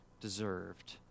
deserved